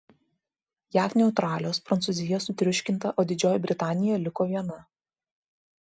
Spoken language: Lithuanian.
jav neutralios prancūzija sutriuškinta o didžioji britanija liko viena